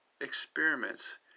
experiments